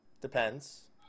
depends